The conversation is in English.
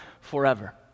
forever